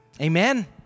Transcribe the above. Amen